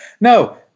No